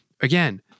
again